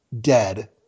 dead